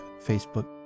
Facebook